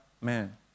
man